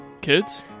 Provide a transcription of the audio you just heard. Kids